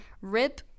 rip